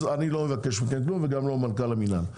אז אני לא אבקש מכם כלום וגם לא מנכ"ל המינהל,